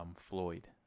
Floyd